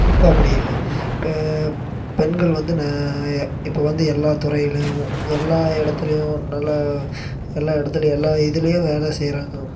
இப்போ அப்படி இல்லை இப்போ பெண்கள் வந்து ந இப்போ வந்து எல்லாம் துறையிலேயும் எல்லாம் இடத்துலையும் நல்ல எல்லாம் இடத்துலையும் எல்லாம் இதுலேயும் வேலை செய்கிறாங்க